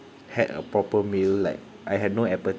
had a proper meal like I had no appetite